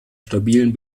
stabilen